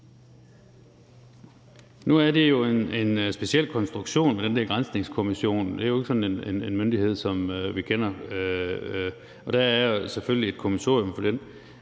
Nu er det jo en speciel konstruktion med den der granskningskommission. Det er jo ikke sådan en myndighed, som vi kender. Og der er jo selvfølgelig et kommissorium for den.